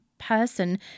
person